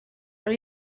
are